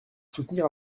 soutenir